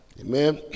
Amen